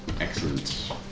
Excellent